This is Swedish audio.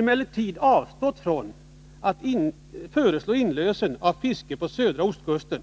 emellertid avstått från att föreslå inlösen av fiske på södra ostkusten.